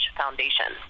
foundation